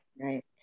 right